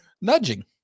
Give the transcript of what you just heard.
nudging